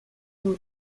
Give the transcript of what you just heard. peu